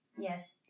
yes